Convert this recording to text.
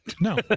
No